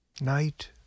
Night